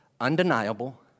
Undeniable